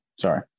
sorry